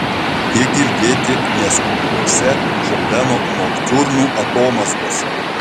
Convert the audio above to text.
ji girdėti neskubriose šopeno noktiurnų atomazgose